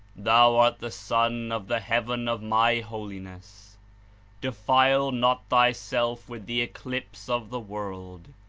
thou art the sun of the heaven of my holiness defile not thyself with the eclipse of the world.